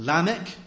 Lamech